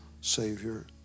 Savior